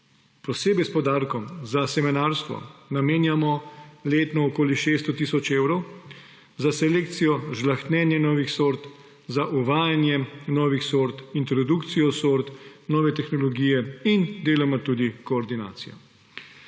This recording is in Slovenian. posebej s poudarkom na semenarstvu, namenjamo letno okoli 600 tisoč evrov za selekcijo, žlahtnjenje novih sort, za uvajanje novih sort, introdukcijo sort, nove tehnologije in deloma tudi koordinacijo.